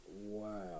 wow